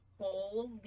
holy